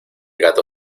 gato